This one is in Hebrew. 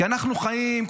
כי אנחנו חיים,